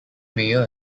mayor